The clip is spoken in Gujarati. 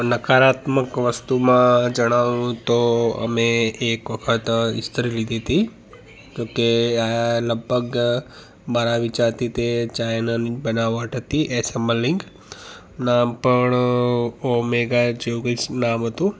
નકારાત્મક વસ્તુમાં જણાવું તો અમે એક વખત ઈસ્ત્રી લીધી હતી તો તે આ લગભગ મારા વિચારથી તે ચાઇનાની બનાવટ હતી ઍસૅમ્બલિંગ નામ પણ ઓમેગા એચ એવું કૈંક નામ હતું